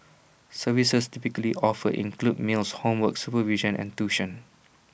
services typically offered include meals homework supervision and tuition